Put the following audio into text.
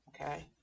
Okay